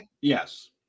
Yes